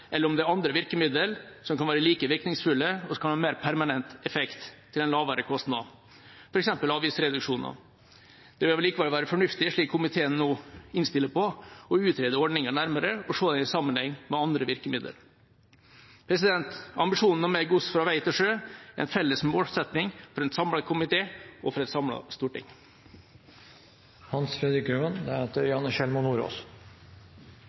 eller om det er andre virkemidler som kan være like virkningsfulle, og som kan ha mer permanent effekt til en lavere kostnad, f.eks. avgiftsreduksjoner. Det vil allikevel være fornuftig, slik komitéen nå innstiller på, å utrede ordninga nærmere og se den i sammenheng med andre virkemidler. Ambisjonen om mer gods fra vei til sjø er en felles målsetting for en samlet komité og for et